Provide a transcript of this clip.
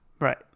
Right